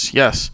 yes